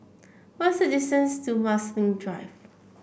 what is the distance to Marsiling Drive